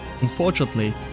Unfortunately